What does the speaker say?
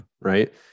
right